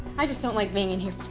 i just don't like being in here.